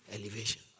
elevation